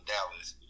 Dallas